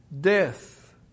death